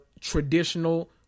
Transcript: traditional